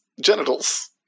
Genitals